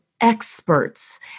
experts